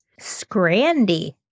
Scrandy